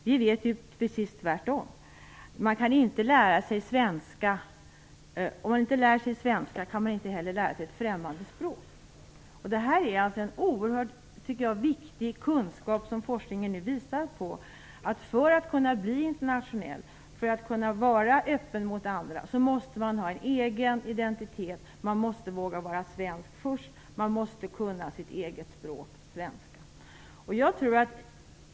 Vi vet ju att det är precis tvärtom. Om man inte lär sig svenska kan man inte heller lära sig ett främmande språk. Detta är en oerhört viktig kunskap som forskningen nu visar på. För att kunna bli internationell och vara öppen mot andra måste man ha en egen identitet, man måste våga vara svensk först, och man måste kunna sitt eget språk, svenska.